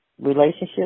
relationship